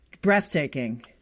breathtaking